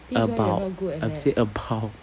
about I say about